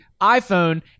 iPhone